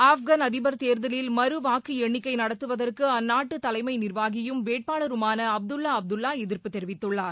ஆப்கன் அதிபர் தேர்தலில் மறுவாக்கு எண்ணிக்கை நடத்துவதற்கு அந்நாட்டு தலைமை நிர்வாகியும் வேட்பாளருமான அப்துல்லா அப்துல்லா எதிர்ப்பு தெரிவித்துள்ளார்